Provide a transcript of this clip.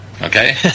Okay